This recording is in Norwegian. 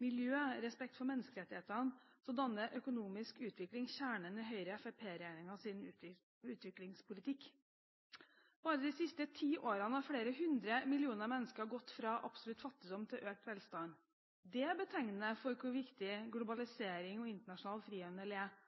miljø og respekt for menneskerettighetene danner økonomisk utvikling kjernen i Høyre–Fremskrittsparti-regjeringens utviklingspolitikk. Bare de siste ti årene har flere hundre millioner mennesker gått fra absolutt fattigdom til økt velstand. Det er betegnende for hvor viktig globalisering og internasjonal frihandel er, og for hvordan det påvirker hvert lands vekstevne. Økonomisk vekst er